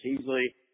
easily